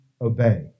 obey